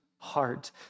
Heart